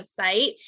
website